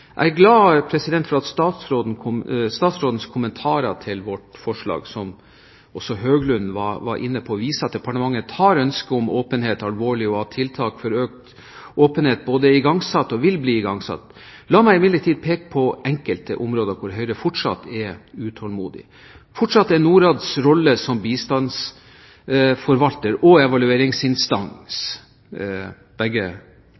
Jeg er glad for at statsrådens kommentarer til vårt forslag, som også Høglund var inne på, viser at departementet tar ønsket om åpenhet alvorlig, og at tiltak for økt åpenhet både er i gangsatt og vil bli igangsatt. La meg imidlertid peke på enkelte områder hvor Høyre fortsatt er utålmodig. Fortsatt er Norads rolle som bistandsforvalter og evalueringsinstans – begge